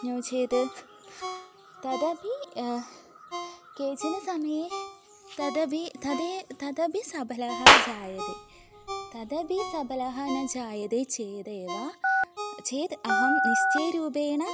नो चेत् तदपि केचन समये तदपि तद् तदपि सबलः जायते तदपि सबलः न जायते चेदेव चेत् अहं निश्चयरूपेण